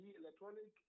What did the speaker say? electronic